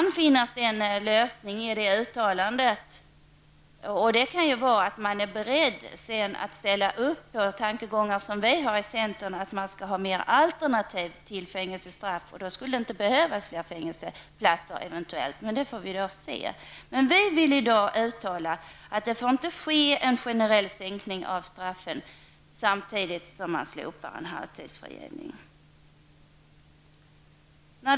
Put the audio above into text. En annan möjlig tolkning av det uttalandet är att man är beredd att ställa upp på tankegångar som vi har i centern, nämligen att man skall ha flera alternativ till fängelsestraff. Då skulle det eventuellt inte behövas fler fängelseplatser, men det får vi då se. Men vi vill i dag uttala att det inte får ske en generell sänkning av straffen samtidigt som man slopar halvtidsfrigivningen.